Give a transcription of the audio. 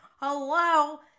Hello